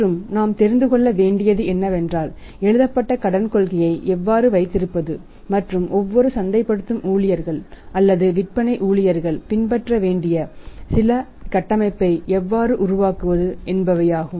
மற்றும் நாம் தெரிந்துகொள்ள வேண்டியது என்னவென்றால் எழுதப்பட்ட கடன் கொள்கையை எவ்வாறு வைத்திருப்பது மற்றும் ஒவ்வொரு சந்தைப்படுத்தும் ஊழியர்கள் அல்லது விற்பனை ஊழியர்கள் பின்பற்ற வேண்டிய சில கட்டமைப்பை எவ்வாறு உருவாக்குவது என்பவையாகும்